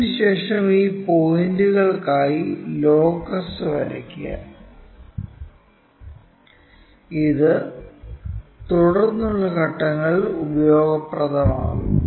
ഇതിനുശേഷം ഈ പോയിന്റുകൾക്കായി ലോക്കസ് വരയ്ക്കുക ഇത് തുടർന്നുള്ള ഘട്ടങ്ങളിൽ ഉപയോഗപ്രദമാകും